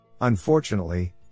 Unfortunately